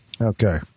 Okay